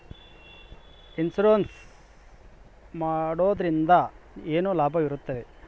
Insurance ಮಾಡೋದ್ರಿಂದ ಏನು ಲಾಭವಿರುತ್ತದೆ?